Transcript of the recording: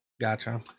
Gotcha